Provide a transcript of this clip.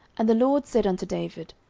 and the lord said unto david,